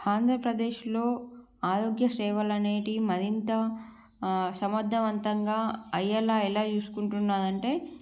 ఆంధ్రప్రదేశ్లో ఆరోగ్య సేవలు అనేటివి మరింత సమర్థవంతంగా అయ్యేలా ఎలా చూసుకుంటున్నారు అంటే